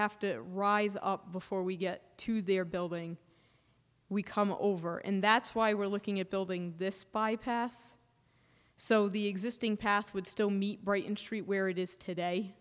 have to rise up before we get to their building we come over and that's why we're looking at building this bypass so the existing path would still meet right in street where it is today